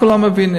כולם מבינים,